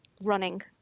running